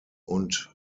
und